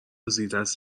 زیردست